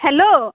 hello